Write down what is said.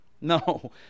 No